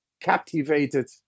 captivated